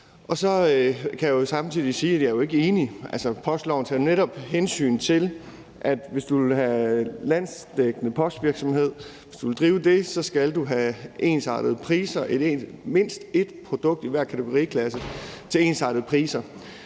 jeg ikke er enig. Postloven tager netop hensyn til, at hvis man vil have landsdækkende postvirksomhed og drive det, skal man have mindst et produkt i hver kategoriklasse til ensartede priser,